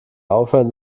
aufhören